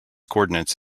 coordinates